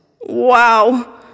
Wow